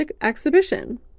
exhibition